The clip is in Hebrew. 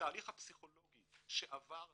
התהליך הפסיכולוגי שעבר הדיין,